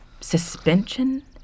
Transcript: suspension